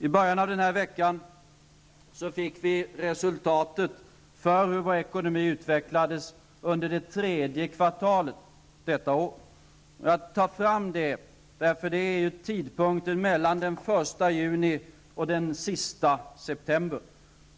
I början av den här veckan fick vi resultatet för hur ekonomin utvecklades under det tredje kvartalet detta år. Det är tiden mellan den 1 juni och den 30 september.